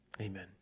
Amen